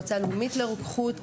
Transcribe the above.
מועצה לאומית לרוקחות,